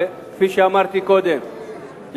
וכפי שאמרתי קודם,